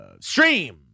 Stream